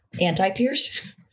anti-peers